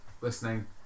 listening